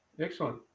Excellent